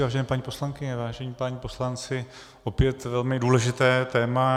Vážené paní poslankyně, vážení páni poslanci, opět velmi důležité téma.